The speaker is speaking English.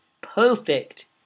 perfect